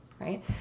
right